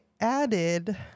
added